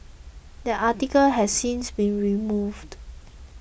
that article has since been removed